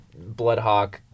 bloodhawk